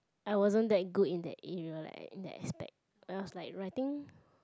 I wasn't that good in that area like in that aspect I was like writing